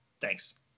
Thanks